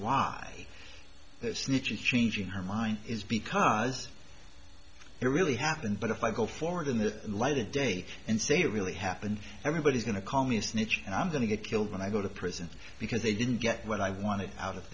why snitch is changing her mind is because it really happened but if i go forward in the light of day and say really happened everybody's going to call me a snitch and i'm going to get killed when i go to prison because they didn't get what i wanted out of